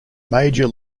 major